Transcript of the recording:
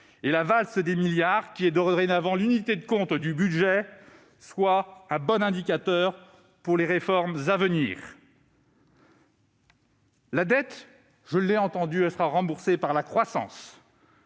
et la valse des milliards, qui constituent dorénavant l'unité de compte du budget, soient de bons indicateurs pour les réformes à venir. La dette, je l'ai entendu, sera remboursée par la croissance.